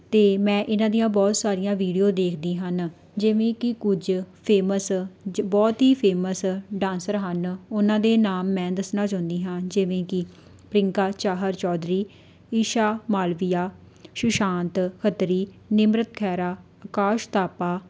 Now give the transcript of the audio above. ਅਤੇ ਮੈਂ ਇਹਨਾਂ ਦੀਆਂ ਬਹੁਤ ਸਾਰੀਆਂ ਵੀਡੀਓ ਦੇਖਦੀ ਹਨ ਜਿਵੇਂ ਕਿ ਕੁਝ ਫੇਮਸ ਜ ਬਹੁਤ ਹੀ ਫੇਮਸ ਡਾਂਸਰ ਹਨ ਉਹਨਾਂ ਦੇ ਨਾਮ ਮੈਂ ਦੱਸਣਾ ਚਾਹੁੰਦੀ ਹਾਂ ਜਿਵੇਂ ਕਿ ਪ੍ਰਿਯੰਕਾ ਚਾਹਰ ਚੌਧਰੀ ਈਸ਼ਾ ਮਾਲਵੀਆ ਸੁਸ਼ਾਂਤ ਖੱਤਰੀ ਨਿਮਰਤ ਖੈਰਾ ਆਕਾਸ਼ ਤਾਪਾ